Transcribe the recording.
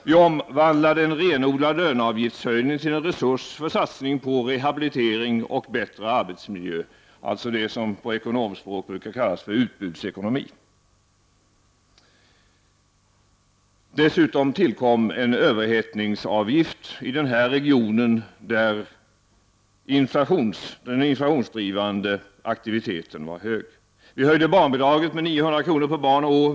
Vi omvandlade en renodlad löneavgiftshöjning till en resurs för satsning på rehabilitering och bättre arbetsmiljö, dvs. det som på ekonomspråk brukar kallas utbudsekonomi. Dessutom tillkom en överhettningsavgift i de regioner där den inflationsuppdrivande aktiviteten var stor. Vi höjde barnbidraget med 900 kr. per barn och år.